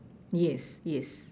yes yes